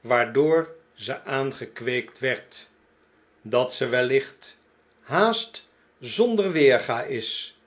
waardoor ze aangekweekt werd dat ze wellicht haast zonder weerga is